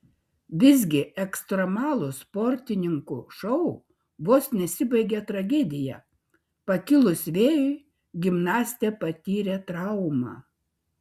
visgi ekstremalus sportininkų šou vos nesibaigė tragedija pakilus vėjui gimnastė patyrė traumą